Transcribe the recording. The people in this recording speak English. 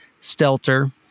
Stelter